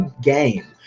game